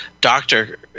doctor –